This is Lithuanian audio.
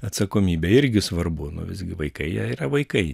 atsakomybė irgi svarbu nu visgi vaikai jie yra vaikai